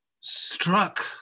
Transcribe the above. struck